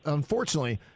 unfortunately